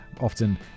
often